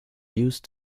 used